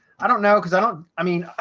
i don't know, because i don't i mean,